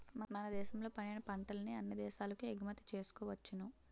మన దేశంలో పండిన పంటల్ని అన్ని దేశాలకు ఎగుమతి చేసుకోవచ్చును